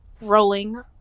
rolling